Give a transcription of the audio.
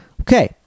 Okay